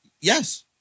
Yes